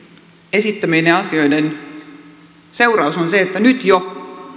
esittämieni asioiden seuraus on se että nyt jo